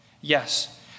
Yes